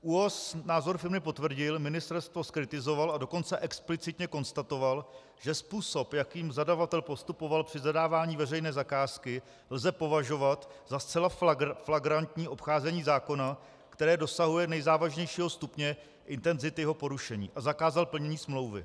ÚOHS názor firmy potvrdil, ministerstvo zkritizoval, a dokonce explicitně konstatoval, že způsob, jakým zadavatel postupoval při zadávání veřejné zakázky, lze považovat za zcela flagrantní obcházení zákona, které dosahuje nejzávažnějšího stupně intenzity jeho porušení, a zakázal plnění smlouvy.